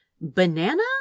Banana